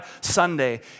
Sunday